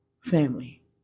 Family